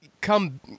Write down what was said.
come